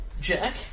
Jack